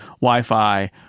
Wi-Fi